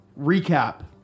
Recap